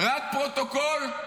רק פרוטוקול?